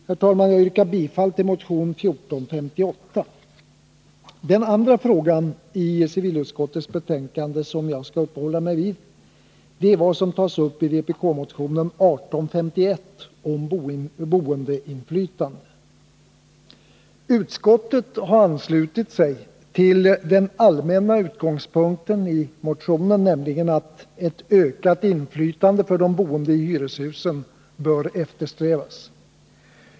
Jag yrkar bifall till motion 1458. Den andra fråga i civilutskottets betänkande nr 26 som jag skall uppehålla mig vid är vad som tas uppi vpk-motionen 1851 om boendeinflytande. Utskottet har anslutit sig till den allmänna utgångspunkten i motionen, nämligen att ett ökat inflytande för de boende i hyreshusen bör eftersträvas.